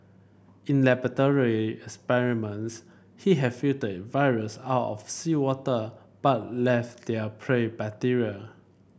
in laboratory experiments he have filtered viruse out of seawater but left their prey bacteria